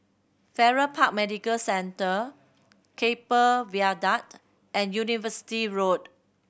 Farrer Park Medical Centre Keppel Viaduct and University Road